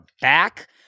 back